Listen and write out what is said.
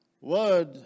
word